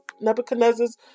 Nebuchadnezzar's